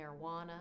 marijuana